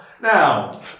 Now